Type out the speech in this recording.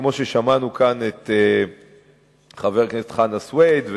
כמו ששמענו כאן את חבר הכנסת חנא סוייד,